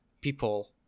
people